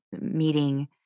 meeting